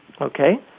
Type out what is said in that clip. okay